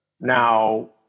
Now